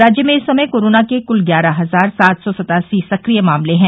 राज्य में इस समय कोरोना के कुल ग्यारह हजार सात सौ सत्तासी सक्रिय मामले हैं